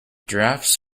giraffes